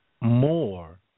more